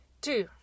Two